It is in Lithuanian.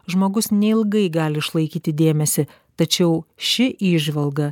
žmogus neilgai gali išlaikyti dėmesį tačiau ši įžvalga